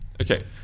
Okay